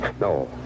No